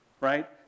right